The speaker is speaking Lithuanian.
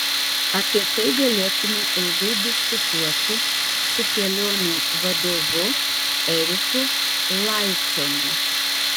apie tai galėtume ilgai diskutuoti su kelionių vadovu eriku laiconu